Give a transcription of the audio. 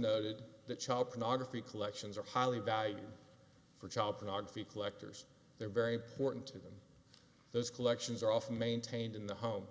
noted that child pornography collections are highly valued for child pornography collectors they're very important to them those collections are often maintained in the home